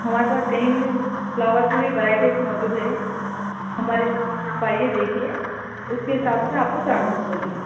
ہمارے پاس کئی فلاورس میں بھی ورائٹیز موجود ہے ہمارے شاپ پر آپ آئیے دیکھیے اس کے حساب سے آپ کو چارجیز بولیں گے